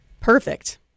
perfect